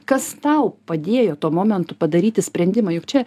kas tau padėjo tuo momentu padaryti sprendimą juk čia